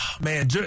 Man